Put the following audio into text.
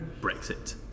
Brexit